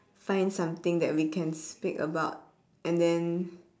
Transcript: find something that we can speak about and then